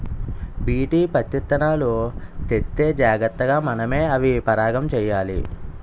BT పత్తిత్తనాలు తెత్తే జాగ్రతగా మనమే అవి పరాగం చెయ్యాలి